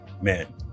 man